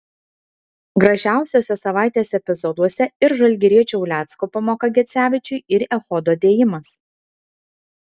gražiausiuose savaitės epizoduose ir žalgiriečio ulecko pamoka gecevičiui ir echodo dėjimas